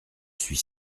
suis